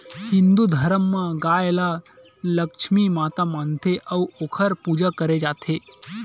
हिंदू धरम म गाय ल लक्छमी माता मानथे अउ ओखर पूजा करे जाथे